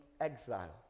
exile